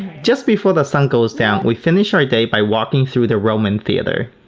just before the sun goes down, we finish our day by walking through the roman theatre